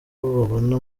babona